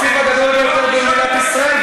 זה התקציב הגדול ביותר במדינת ישראל,